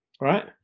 right